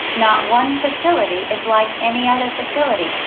not one facility is like any other facility.